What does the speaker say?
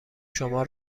شما